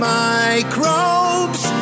microbes